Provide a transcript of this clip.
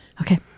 Okay